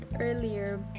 earlier